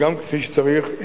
וגם כפי שצריך,